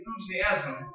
enthusiasm